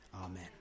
Amen